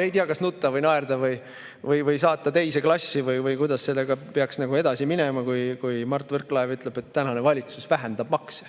Ei tea, kas nutta või naerda või saata teise klassi või kuidas sellega peaks edasi minema, kui Mart Võrklaev ütleb, et tänane valitsus vähendab makse.